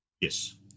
Yes